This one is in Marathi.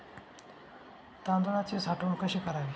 तांदळाची साठवण कशी करावी?